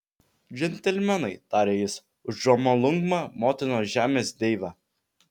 džentelmenai tarė jis už džomolungmą motinos žemės deivę